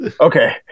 Okay